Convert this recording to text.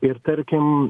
ir tarkim